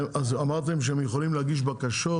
אמרתם שהם יכולים להגיש בקשות,